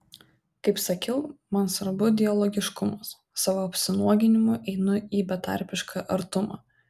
kaip sakiau man svarbu dialogiškumas savo apsinuoginimu einu į betarpišką artumą